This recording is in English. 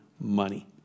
money